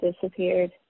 disappeared